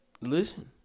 Listen